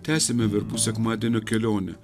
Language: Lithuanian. tęsiame verbų sekmadienio kelionę